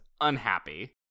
unhappy